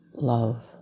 Love